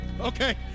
Okay